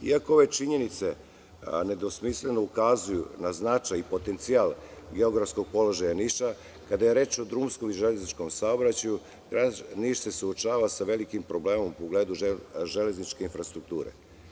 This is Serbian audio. Iako ove činjenice nedvosmisleno ukazuju na značaj i potencijal geografskog položaja Niša kada je reč o drumskom i železničkom saobraćaju, grad Niš se suočava sa velikim problemom u pogledu železničke infrastrukture.